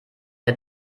der